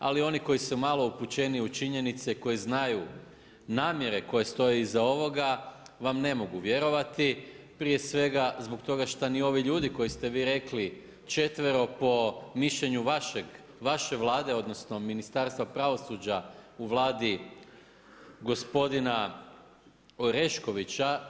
Ali oni koji su malo upućeniji u činjenice koji znaju namjere koje stoje iza ovoga, vam ne mogu vjerovati, prije svega, zbog toga što ni ovi ljudi koji ste vi rekli, 4 po mišljenju vaše Vlade, odnosno, Ministarstva pravosuđa u Vladi gospodina Oreškovića.